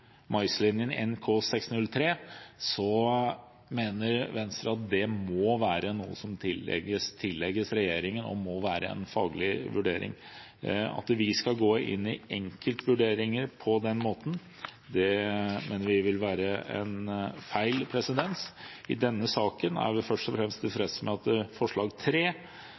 mener Venstre at dette må tilligge regjeringen og være en faglig vurdering. At vi skal gå inn i enkeltvurderinger på den måten, mener vi vil skape feil presedens. I denne saken er vi først og fremst tilfreds med forslag til vedtak III, som sikrer en forsvarlig saksbehandling, slik at